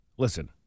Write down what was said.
Listen